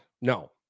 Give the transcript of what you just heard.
No